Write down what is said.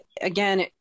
again